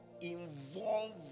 involved